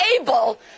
able